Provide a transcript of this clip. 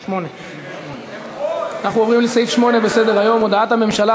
אנחנו עוברים לסעיף 8 בסדר-היום: הודעת הממשלה